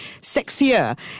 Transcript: sexier